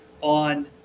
on